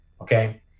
okay